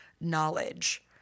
knowledge